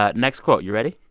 ah next quote, you ready?